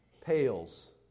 pales